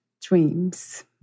dreams